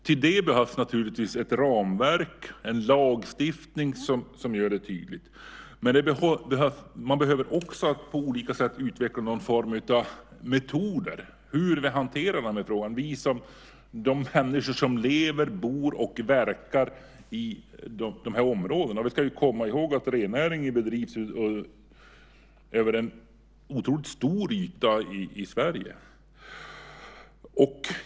För detta behövs det naturligtvis ett ramverk, en lagstiftning, som tydliggör. Man behöver också på olika sätt utveckla någon form av metod för att hantera frågan med tanke på de människor som lever, bor och verkar i de här områdena. Vi ska komma ihåg att rennäringen bedrivs på en otroligt stor yta i Sverige.